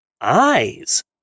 eyes